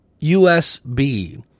USB